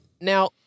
Now